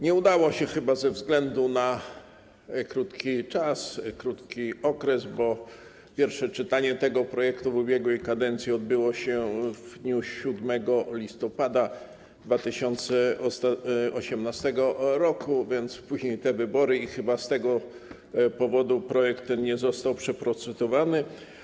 Nie udało się chyba ze względu na krótki czas, krótki okres, bo pierwsze czytanie tego projektu w ubiegłej kadencji odbyło się w dniu 7 listopada 2018 r., później były wybory i chyba z tego powodu projekt ten nie został przeprocedowany.